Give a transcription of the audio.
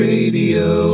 Radio